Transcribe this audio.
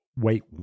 wait